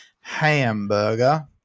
hamburger